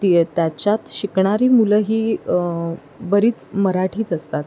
ती त्याच्यात शिकणारी मुलं ही बरीच मराठीच असतात